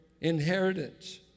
inheritance